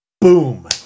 Boom